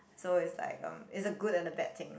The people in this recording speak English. so it's like um it's a good and a bad thing